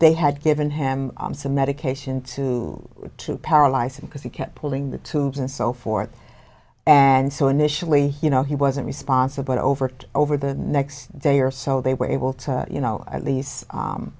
they had given him some medication to to paralyze him because he kept pulling the tubes and so forth and so initially you know he wasn't responsible over over the next day or so they were able to you know at least